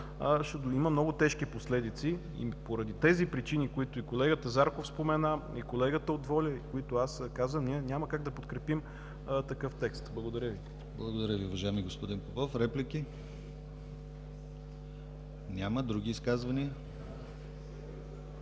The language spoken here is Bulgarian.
ще има много тежки последици. Поради тези причини, които и колегата Зарков спомена, и колегата от „Воля“, и които аз казвам, ние няма как да подкрепим такъв текст. Благодаря Ви. ПРЕДСЕДАТЕЛ ДИМИТЪР ГЛАВЧЕВ: Благодаря Ви, уважаеми господин Попов. Реплики? Няма. Други изказвания?